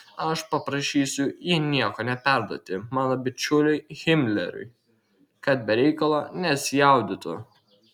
aš paprašysiu jį nieko neperduoti mano bičiuliui himleriui kad be reikalo nesijaudintų